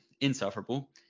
insufferable